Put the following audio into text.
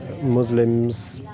Muslims